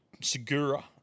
Segura